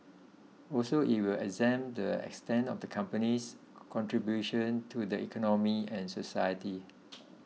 also it will examine the extent of the company's contribution to the economy and society